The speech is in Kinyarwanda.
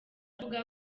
avuga